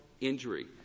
injury